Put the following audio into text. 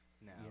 now